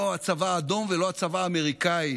לא הצבא האדום ולא הצבא האמריקאי